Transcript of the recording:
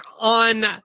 on